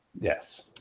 Yes